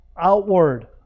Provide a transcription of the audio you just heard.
outward